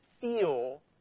feel